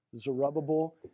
Zerubbabel